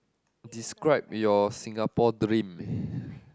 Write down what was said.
describe your Singapore dream